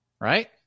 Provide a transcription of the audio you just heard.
right